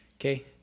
Okay